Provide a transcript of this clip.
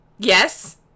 Yes